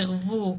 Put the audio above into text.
סירבו,